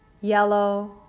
yellow